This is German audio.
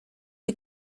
die